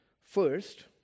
first